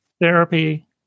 Therapy